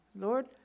Lord